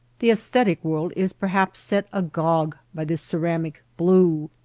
the aesthetic world is perhaps set agog by this ceramic blue.